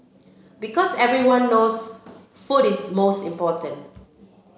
because everyone knows food is most important